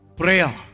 prayer